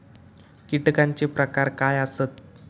कीटकांचे प्रकार काय आसत?